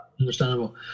Understandable